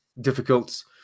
difficult